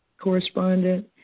correspondent